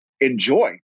enjoy